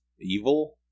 evil